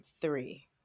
three